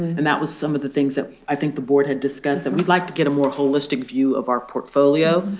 and that was some of the things that i think the board had discussed that we'd like to get a more holistic view of our portfolio.